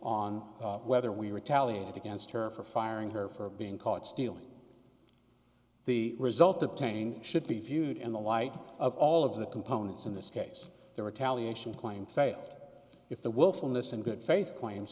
on whether we retaliate against her for firing her for being caught stealing the result obtained should be viewed in the light of all of the components in this case the retaliate she claimed failed if the willfulness in good faith claims